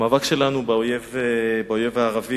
המאבק שלנו באויב הערבי